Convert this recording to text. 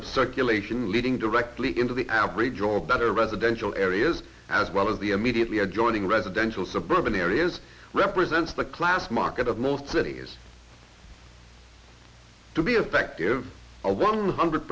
of circulation leading directly into the average or better residential areas as well as the immediately adjoining residential suburban areas represents the class market of most cities to be effective a one hundred